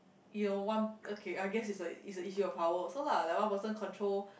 you know one okay I guess is a is a issue of power also lah like one person control